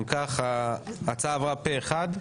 אם כך, ההצעה עברה פה אחד.